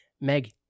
meg